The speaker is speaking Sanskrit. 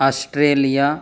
आष्ट्रेलिया